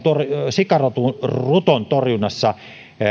sikaruton torjunnassa